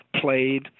played